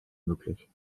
möglich